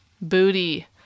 booty